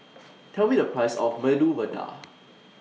Tell Me The Price of Medu Vada